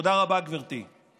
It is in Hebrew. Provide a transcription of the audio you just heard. תודה רבה, גברתי.